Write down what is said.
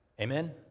Amen